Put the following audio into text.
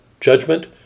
judgment